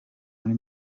muri